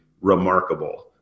remarkable